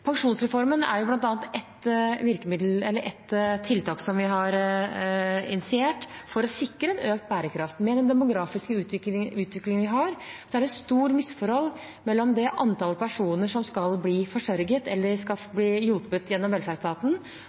Pensjonsreformen er ett tiltak som vi har initiert for å sikre en økt bærekraft. Med den demografiske utviklingen vi har, er det et stort misforhold mellom det antallet personer som skal bli forsørget eller hjulpet av velferdsstaten, og det antallet personer som skal